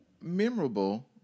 memorable